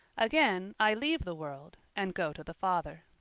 again, i leave the world, and go to the father.